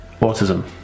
autism